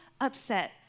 upset